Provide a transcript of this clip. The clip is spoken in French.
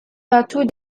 bateaux